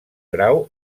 grau